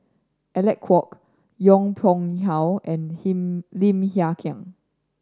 Alec Kuok Yong Pung How and Lim Hng Kiang